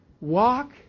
walk